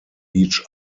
each